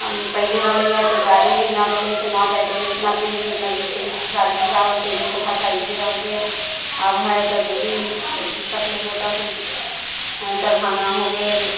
हम पहिले रहलैहँ तऽ गाड़ी ओड़ि नहि रहलै हँ तऽ जाइत रहलै ओतना दूरसे नजदीकेमे शादी विवाह होयलै तऽ एमहरके भाषा इधरे रहि गेल आब हय तऽ दूरी तकले होलक दरभङ्गा हो गेल